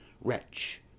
wretch